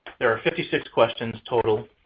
there are fifty six questions total.